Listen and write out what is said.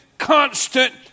constant